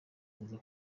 buza